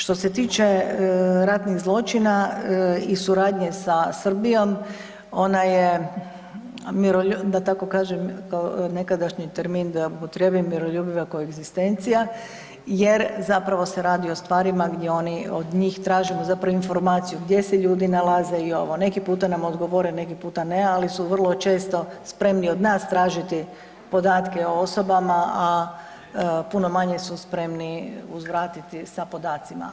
Što se tiče ratnih zločina i suradnje sa Srbijom, ona je da tako kažem, nekadašnji termin da upotrijebim miroljubiva koegzistencija jer zapravo se radi o stvarima gdje oni, od njih tražimo zapravo informaciju gdje se ljudi nalaze i ovo, neki puta nam odgovore, neki puta ne, ali su vrlo često spremni od nas tražiti podatke o osobama a puno manje su spremni uzvratiti sa podacima.